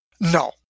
No